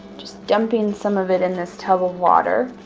just dumping some of it in this tub of water.